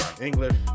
English